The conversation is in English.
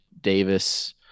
Davis